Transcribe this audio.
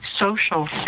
social